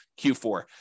Q4